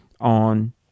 on